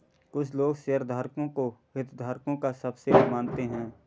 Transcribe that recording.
कुछ लोग शेयरधारकों को हितधारकों का सबसेट मानते हैं